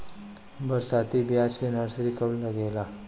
बरसाती प्याज के नर्सरी कब लागेला?